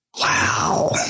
Wow